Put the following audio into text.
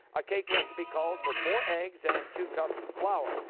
a cake recipe calls for four eggs and two cups of flour.